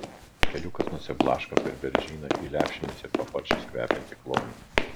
keliukas nusiblaško per beržyną į lepšėmis ir paparčiais kvepiantį klonį